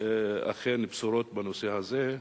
אכן בשורות בנושא הזה.